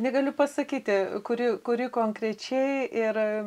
negaliu pasakyti kuri kuri konkrečiai ir